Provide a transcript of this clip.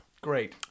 Great